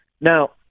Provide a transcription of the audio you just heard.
Now